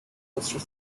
hosted